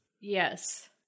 Yes